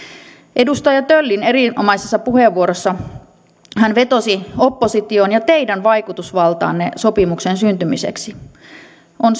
edustaja tölli erinomaisessa puheenvuorossaan vetosi oppositioon ja teidän vaikutusvaltaanne sopimuksen syntymiseksi on